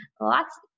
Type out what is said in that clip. lots